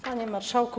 Panie Marszałku!